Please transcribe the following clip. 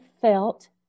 felt